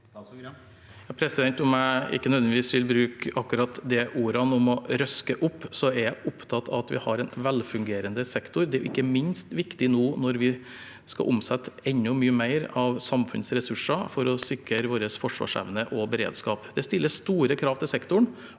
Gram Om jeg ikke nødvendigvis vil bruke akkurat ordene «røske opp», så er jeg opptatt av at vi har en velfungerende sektor. Det er ikke minst viktig nå når vi skal omsette enda mye mer av samfunnets ressurser for å sikre vår forsvarsevne og beredskap. Det stiller store krav til sektoren